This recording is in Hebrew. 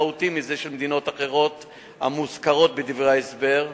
מהותי מזה של מדינות אחרות המוזכרות בדברי ההסבר,